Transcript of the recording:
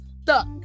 stuck